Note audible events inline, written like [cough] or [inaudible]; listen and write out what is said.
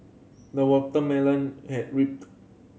the watermelon has [unintelligible]